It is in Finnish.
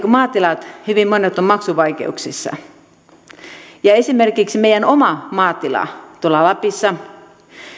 kun hyvin monet maatilat ovat maksuvaikeuksissa esimerkiksi meidän oma maatilamme tuolla lapissa